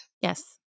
Yes